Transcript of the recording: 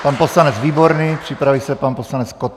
Pan poslanec Výborný, připraví se pan poslanec Koten.